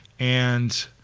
and